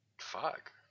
fuck